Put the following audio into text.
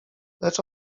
lecz